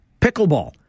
pickleball